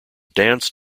dance